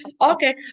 Okay